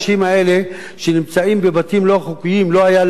שנמצאים בבתים לא חוקיים לא היו להם בתים?